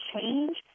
change